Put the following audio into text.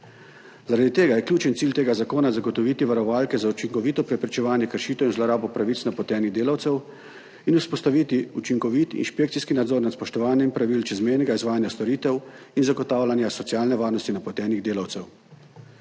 Zaradi tega je ključen cilj tega zakona zagotoviti varovalke za učinkovito preprečevanje kršitev in zlorab pravic napotenih delavcev in vzpostaviti učinkovit inšpekcijski nadzor nad spoštovanjem pravil čezmejnega izvajanja storitev in zagotavljanja socialne varnosti napotenih delavcev.